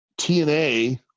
TNA